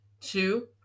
two